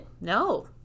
no